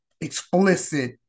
explicit